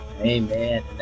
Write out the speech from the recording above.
Amen